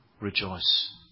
rejoice